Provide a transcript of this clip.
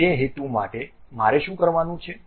તે હેતુ માટે મારે શું કરવાનું છે